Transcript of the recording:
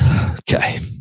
Okay